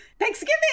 Thanksgiving